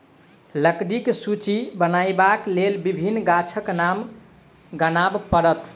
लकड़ीक सूची बनयबाक लेल विभिन्न गाछक नाम गनाब पड़त